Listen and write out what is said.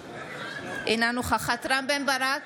אינה נוכחת רם בן ברק,